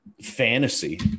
fantasy